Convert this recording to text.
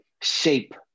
shape